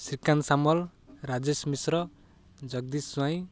Srikanth Samal Rajesh Mishra Jagadish Swain